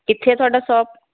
ਕਿੱਥੇ ਹੈ ਤੁਹਾਡਾ ਸੋਪ